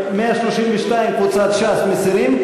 132, קבוצת ש"ס, מסירים?